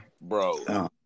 Bro